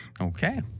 Okay